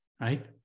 right